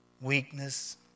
Weakness